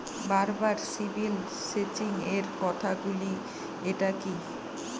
বারবার সিবিল চেকিংএর কথা শুনি এটা কি?